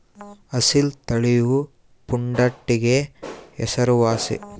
ಅಸೀಲ್ ತಳಿಯು ಪುಂಡಾಟಿಕೆಗೆ ಹೆಸರುವಾಸಿ